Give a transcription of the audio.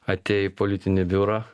atėjo į politinį biurą